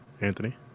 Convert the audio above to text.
Anthony